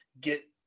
get